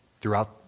throughout